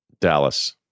Dallas